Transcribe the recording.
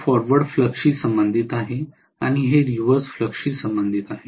हे फॉरवर्ड फ्लक्सशी संबंधित आहे आणि हे रिव्हर्स फ्लक्सशी संबंधित आहे